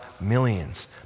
millions